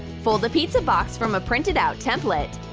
fold a pizza box from a printed-out template.